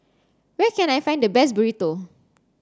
where can I find the best Burrito